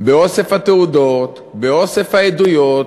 באוסף התעודות, באוסף העדויות,